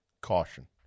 caution